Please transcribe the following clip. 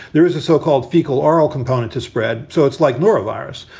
there is a so-called fecal oral component to spread. so it's like norovirus,